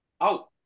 out